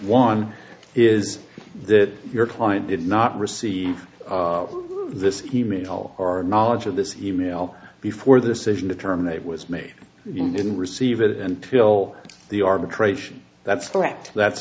one is that your client did not receive this he made all our knowledge of this e mail before the session to terminate was made you didn't receive it until the arbitration that's correct that